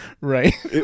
right